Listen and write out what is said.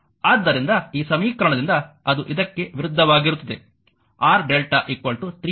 ಆದ್ದರಿಂದ ಈ ಸಮೀಕರಣದಿಂದ ಅದು ಇದಕ್ಕೆ ವಿರುದ್ಧವಾಗಿರುತ್ತದೆ R Δ 3R lrmಸ್ಟಾರ್